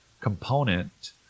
component